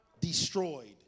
destroyed